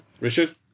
Richard